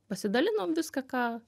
pasidalinom viską ką